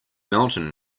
mountain